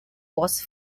was